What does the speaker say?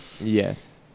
Yes